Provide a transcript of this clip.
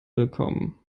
willkommen